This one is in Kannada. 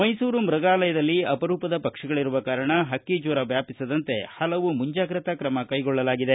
ಮೈಸೂರು ಮೃಗಾಲಯದಲ್ಲಿ ಅಪರೂಪದ ಪಕ್ಷಿಗಳಿರುವ ಕಾರಣ ಹಕ್ಕಿ ಜ್ವರ ವ್ಯಾಪಿಸದಂತೆ ಹಲವು ಮುಂಜಾಗ್ರತಾ ಕ್ರಮ ಕೈಗೊಳ್ಳಲಾಗಿದೆ